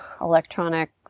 electronic